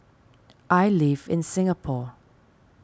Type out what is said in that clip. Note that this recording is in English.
I live in Singapore